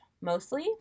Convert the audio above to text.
mostly